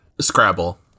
Scrabble